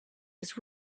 was